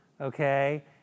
okay